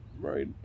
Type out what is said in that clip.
right